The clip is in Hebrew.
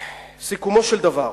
סיכומו של דבר,